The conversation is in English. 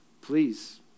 please